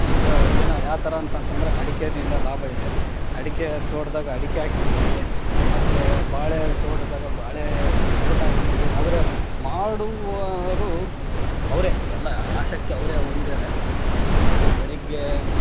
ಇದು ಏನು ಯಾತರ ಅಂತಂತಂದರೆ ಅಡಕೆನಿಂದ ಲಾಭ ಇದೆ ಅಡಕೆ ತೋಟದಾಗ ಅಡಿಕೆ ಹಾಕಿದ್ದೀವಿ ಮತ್ತು ಬಾಳೆ ತೋಟದಾಗ ಬಾಳೇ ತೋಟ ಹಾಕಿದ್ದೀವಿ ಅದರ ಮಾಡುವರು ಅವರೇ ಎಲ್ಲ ಆಸಕ್ತಿ ಅವರೆ ಹೊಂದ್ಯರೆ ಅವರು ಬೆಳಗ್ಗೆ